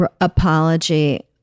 apology